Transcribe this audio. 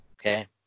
Okay